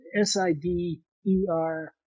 S-I-D-E-R